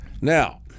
Now